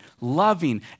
loving